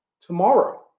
tomorrow